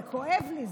זה כואב לי,